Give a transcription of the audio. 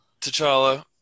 T'Challa